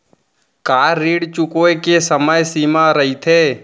का ऋण चुकोय के समय सीमा रहिथे?